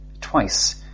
twice